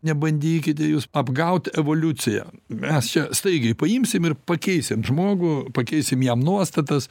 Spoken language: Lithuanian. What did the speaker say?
nebandykite jus apgaut evoliuciją mes čia staigiai paimsim ir pakeisim žmogų pakeisime jam nuostatas